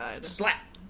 slap